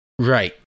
Right